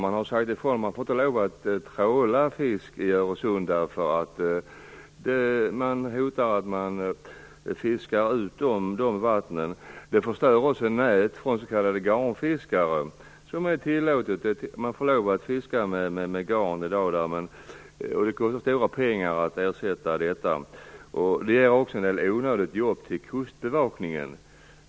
Man har sagt ifrån att man inte får lov att tråla fisk i Öresund, därför att utfiskning hotar dessa vatten. Det förstör också nät från s.k. garnfiskare. Det är i dag tillåtet att fiska med garn i dag, och det kostar stora pengar att ersätta dessa garn. Det innebär också onödigt jobb för Kustbevakningen.